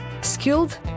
Skilled